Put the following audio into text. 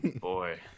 boy